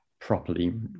properly